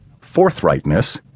forthrightness